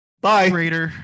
Bye